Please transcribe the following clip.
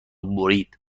برید